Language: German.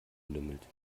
lümmelt